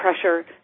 pressure